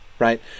Right